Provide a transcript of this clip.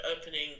opening